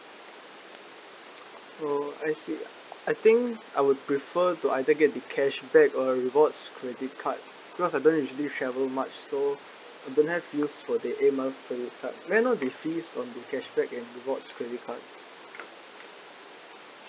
oh I see I think I would prefer to either get the cashback or rewards credit card not have actually travel much so don't have use for the air miles credit card what are the fees of the cashback and rewards credit card